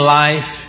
life